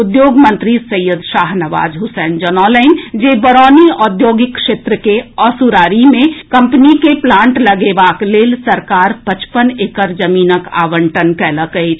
उद्योग मंत्री सैयद शाहनबाज हुसैन जनौलनि जे बरौनी औद्योगिक क्षेत्र के असुरारी मे कम्पनी के प्लांट लगेबाक लेल सरकार पचपन एकड़ जमीनक आवंटन कएलक अछि